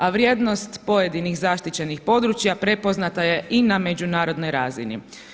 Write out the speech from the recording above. A vrijednost pojedinih zaštićenih područja prepoznata je i na međunarodnoj razini.